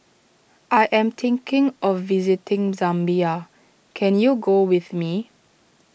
I am thinking of visiting Zambia can you go with me